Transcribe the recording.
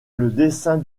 dessin